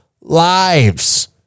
lives